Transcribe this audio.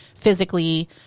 physically